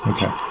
Okay